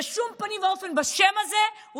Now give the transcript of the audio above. בשום פנים ואופן בשם הזה.